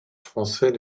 français